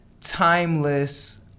timeless